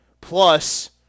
plus